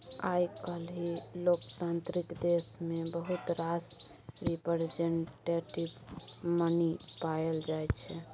आइ काल्हि लोकतांत्रिक देश मे बहुत रास रिप्रजेंटेटिव मनी पाएल जाइ छै